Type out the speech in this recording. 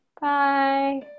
bye